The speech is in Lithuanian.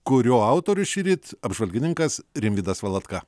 kurio autorius šįryt apžvalgininkas rimvydas valatka